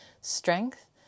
strength